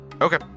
Okay